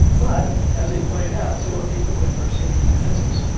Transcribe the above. but as they pointed out, so are people with mercedes-benzes.